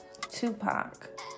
Tupac